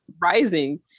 rising